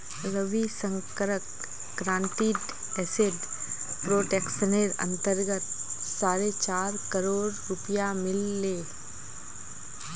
रविशंकरक guaranteed asset प्रोटेक्शनेर अंतर्गत साढ़े चार करोड़ रुपया मिल ले